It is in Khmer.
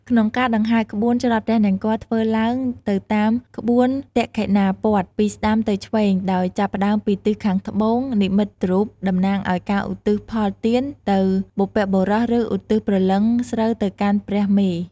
ក្នុងការដង្ហែរក្បួនច្រត់ព្រះនង្គ័លធ្វើឡើងទៅតាមក្បួនទក្ខិណាព័ទ្ធ ពីស្ដាំទៅឆ្វេង ដោយចាប់ផ្ដើមពីទិសខាងត្បូង និមិត្តរូបតំណាងឱ្យការឧទ្ទិសផលទានទៅបុព្វបុរស ឬ ឧទ្ទិសព្រលឹងស្រូវទៅកាន់ព្រះមេ។